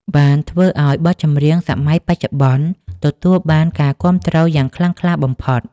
បានធ្វើឱ្យបទចម្រៀងសម័យបច្ចុប្បន្នទទួលបានការគាំទ្រយ៉ាងខ្លាំងក្លាបំផុត។